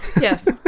Yes